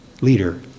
leader